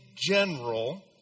general